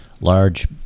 large